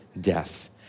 death